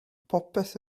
popeth